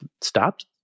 stopped